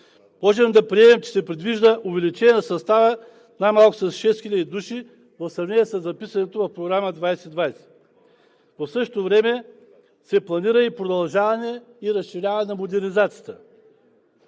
Можем да приемем, че предвижда увеличение на състава най-малко с 6 хиляди души в сравнение със записаното в Програма 2020. В същото време се планира и продължаване и разширяване на модернизацията.